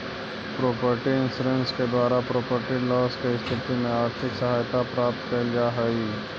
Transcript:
property insurance के द्वारा property loss के स्थिति में आर्थिक सहायता प्राप्त कैल जा हई